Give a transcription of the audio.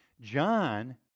John